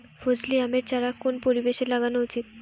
ফজলি আমের চারা কোন পরিবেশে লাগানো উচিৎ?